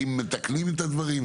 האם מתקנים את הדברים?